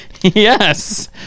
Yes